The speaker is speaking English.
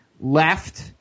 left